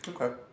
okay